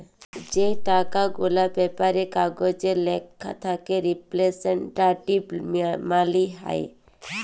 যে টাকা গুলার ব্যাপারে কাগজে ল্যাখা থ্যাকে রিপ্রেসেলট্যাটিভ মালি হ্যয়